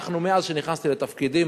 מאז שנכנסתי לתפקידי,